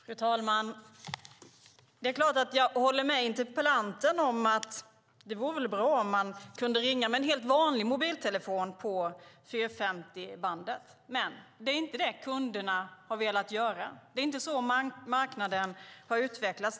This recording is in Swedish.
Fru talman! Det är klart att jag håller med interpellanten om att det vore bra om man kunde ringa med en helt vanlig mobiltelefon på 450-bandet. Men det är inte det kunderna har velat göra. Det är inte så marknaden har utvecklats.